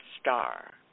Star